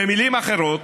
במילים אחרות,